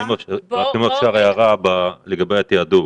רק הערה לגבי התעדוף.